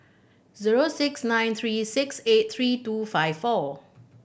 zero six nine three six eight three two five four